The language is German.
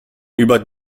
über